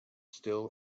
still